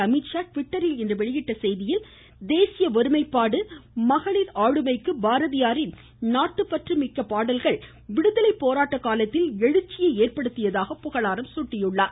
அமித்ஷா டிவிட்டரில் வெளியிட்ட செய்தியில் தேசிய ஒருமைப்பாடு மற்றும் மகளிர் ஆளுமைக்கு பாரதியாரின் நாட்டுப்பற்று மிக்க பாடல்கள் விடுதலை போராட்ட காலத்தில் எழுச்சியை ஏற்படுத்தியதாக புகழாரம் சூட்டினார்